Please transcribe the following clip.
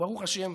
ברוך השם,